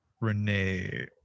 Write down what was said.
Renee